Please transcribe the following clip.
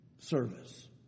service